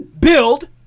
build